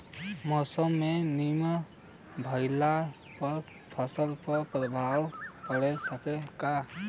मौसम में नमी भइला पर फसल पर प्रभाव पड़ सकेला का?